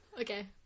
Okay